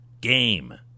game